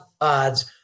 odds